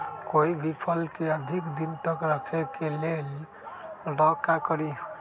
कोई भी फल के अधिक दिन तक रखे के ले ल का करी?